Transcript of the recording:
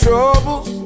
troubles